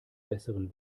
besseren